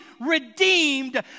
redeemed